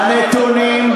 הנתונים,